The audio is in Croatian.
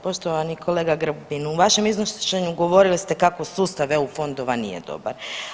Poštovani kolega Grmoja u vašem iznošenju govorili ste kako sustav EU fondova nije dobar.